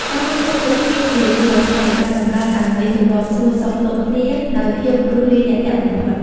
ការមើលឃើញមុខគ្នាជារៀងរាល់ថ្ងៃ បានបង្កើតឱ្យមានទម្លាប់សួរសុខទុក្ខគ្នាដោយភាពរួសរាយរាក់ទាក់បំផុត។